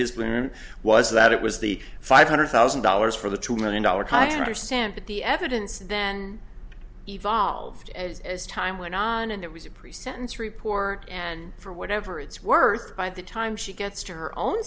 his was that it was the five hundred thousand dollars for the two million dollars i understand that the evidence then evolved as time went on and it was a pre sentence report and for whatever it's worth by the time she gets to her own